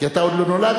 כי אתה עוד לא נולדת,